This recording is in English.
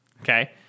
Okay